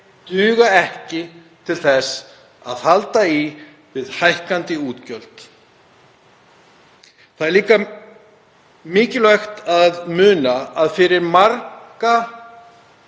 duga ekki til að halda í við hækkandi útgjöld. Það er líka mikilvægt að muna að fyrir marga,